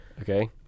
Okay